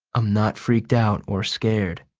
i'm not freaked out or scared.